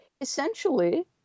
essentially